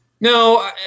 No